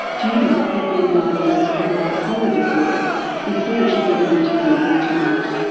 judy had been diagnosed with bi-polar disorder before she did the interview with tamara.